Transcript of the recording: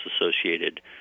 associated